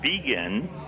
vegan